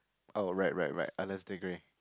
oh right right right Alester-Grey